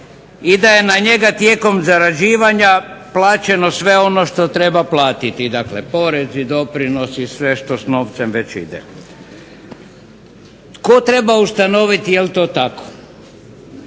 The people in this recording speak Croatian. i da je na njega tijekom zarađivanja plaćeno sve ono što treba platiti. Dakle, porezi, doprinosi, sve što s novcem već ide. Tko treba ustanoviti jel' to tako?